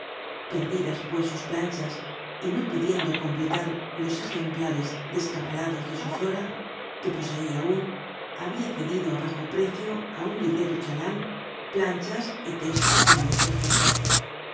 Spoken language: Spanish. perdidas pues sus planchas y no pudiendo completar los ejemplares descabalados de su flora que poseia aun habia cedido á bajo precio á un librero chalan planchas y testo como desperfectos